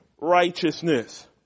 Righteousness